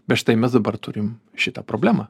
bet štai mes dabar turim šitą problemą